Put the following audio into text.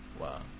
Wow